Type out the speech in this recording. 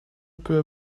peu